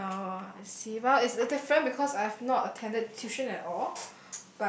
well I see well it's uh different because I have not attended tuition at all